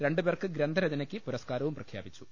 രണ്ടുപേർക്ക് ഗ്രന്ഥരചനയ്ക്ക് പുരസ്കാരവും പ്രഖ്യാപിച്ചു